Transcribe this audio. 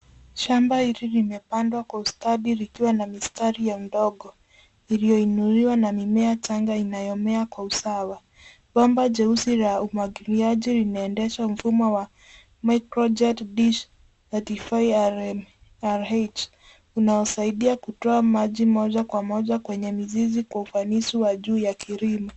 Shamba hili limepandwa kwa ustadi likiwa na mistari ya udongo iliyoinuliwa na mimea changa inayomea kwa usawa. Bomba jeusi la umwagiliaji linaendesha mfumo wa microjet dish RH unaosaidia kutoa maji moja kwa moja kwenye mizizi kwa ufanisi wa juu ya kilimo.